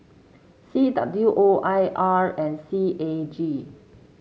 C W O I R and C A G